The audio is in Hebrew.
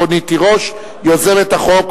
על מנת להכינה לקריאה ראשונה.